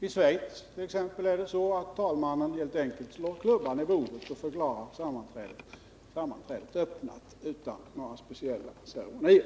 I Schweiz t.ex. slår talmannen helt enkelt klubban i bordet och förklarar sammanträdet öppnat utan några speciella ceremonier.